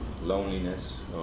loneliness